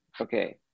Okay